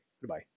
Goodbye